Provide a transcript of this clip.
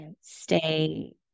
stay